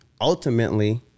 ultimately